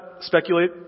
Speculate